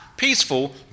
peaceful